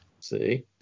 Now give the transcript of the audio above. See